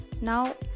Now